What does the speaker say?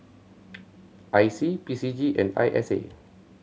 I C P C G and I S A